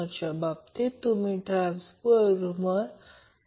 तर C 6 126 12 4 microfarad मिळेल